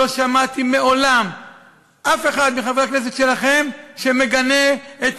לא שמעתי מעולם אף אחד מחברי הכנסת שלכם שמגנה את